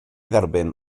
dderbyn